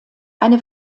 eine